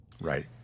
Right